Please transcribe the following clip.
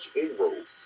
inroads